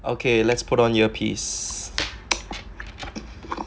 okay let's put on ear piece